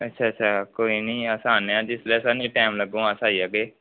अच्छा अच्छा कोई निं अस आनें आं जिसलै टैम लगोग अस आई जागे